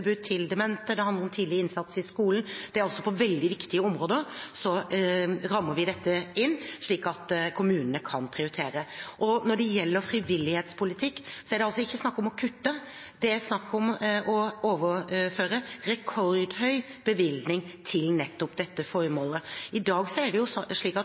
til demente, det handler om tidlig innsats i skolen – altså på veldig viktige områder – og så rammer vi dette inn, slik at kommunene kan prioritere. Når det gjelder frivillighetspolitikk, er det ikke snakk om å kutte, det er snakk om å overføre en rekordhøy bevilgning til nettopp dette formålet. I dag er det slik at